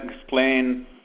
explain